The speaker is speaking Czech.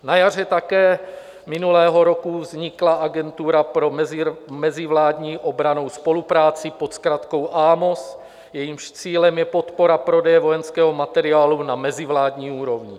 Na jaře minulého roku také vznikla Agentura pro mezivládní obrannou spolupráci pod zkratkou AMOS, jejímž cílem je podpora prodeje vojenského materiálu na mezivládní úrovni.